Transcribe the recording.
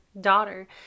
daughter